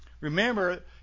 Remember